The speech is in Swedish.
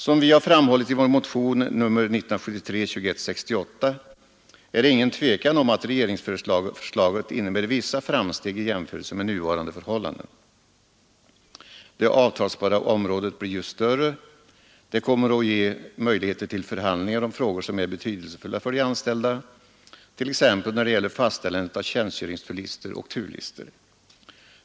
Som vi har framhållit i vår motion nr 2168 är det ingen tvekan om att regeringsförslaget innebär vissa framsteg i jämförelse med nuvarande förhållanden. Det avtalsbara området blir ju större, det kommer att ge möjligheter till förhandlingar om frågor som är betydelsefulla för de anställda, t.ex. fastställandet av tjänstgöringslistor och turlistor.